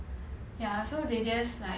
ya so they just like